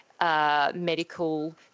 Medical